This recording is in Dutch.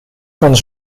van